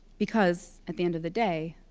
because at the end of the day,